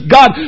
God